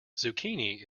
zucchini